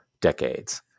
decades